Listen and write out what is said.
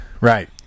Right